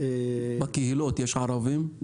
בקהילות יש ערבים?